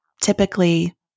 typically